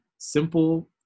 simple